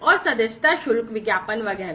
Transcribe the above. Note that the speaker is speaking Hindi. और सदस्यता शुल्क विज्ञापन वगैरह